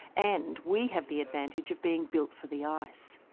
and we have the advantage of being built for the ice.